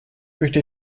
möchte